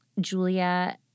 Julia